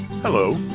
Hello